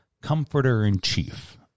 comforter-in-chief